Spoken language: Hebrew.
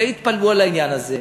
די התפלאו על העניין הזה,